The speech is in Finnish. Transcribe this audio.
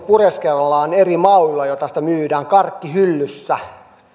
pureskellaan eri mauilla joilla sitä myydään karkkihyllyssä